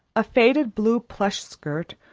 a faded blue plush skirt,